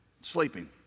sleeping